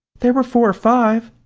there were four or five.